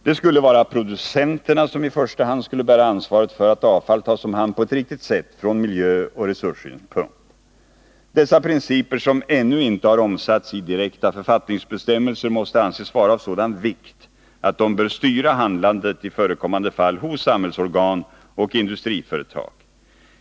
Det skulle vara producenterna som i första hand skulle bära ansvaret för att avfallet kunde tas om hand på ett riktigt sätt från miljöoch resurssynpunkt. Dessa principer, som ännu inte har omsatts i direkta författningsbestämmelser, måste anses vara av sådan vikt att de bör styra handlandet i förekommande fall hos samhällsorgan och industriföretag.